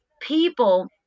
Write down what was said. people